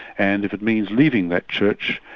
and if it means leaving that church,